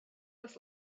this